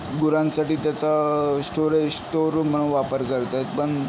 गुरांसाठी त्याचा storage store room म्हणून वापर करत आहेत पण